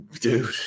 Dude